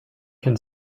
use